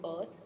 earth